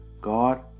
God